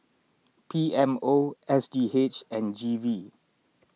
P M O S G H and G V